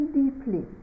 deeply